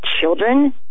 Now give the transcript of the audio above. children